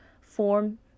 form